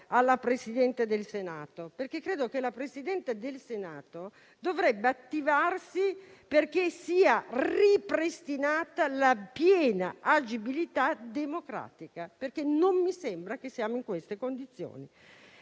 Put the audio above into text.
alla presidente del Senato; credo infatti che la presidente del Senato dovrebbe attivarsi perché sia ripristinata la piena agibilità democratica. Non mi sembra che siamo in queste condizioni.